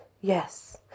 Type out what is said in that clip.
Yes